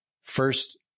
first